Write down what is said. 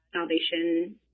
salvation